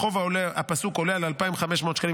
החוב הפסוק עולה על 2,500 שקלים,